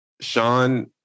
Sean